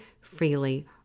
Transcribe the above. freely